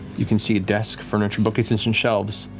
you can see a desk, furniture, bookcases and shelves,